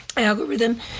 algorithm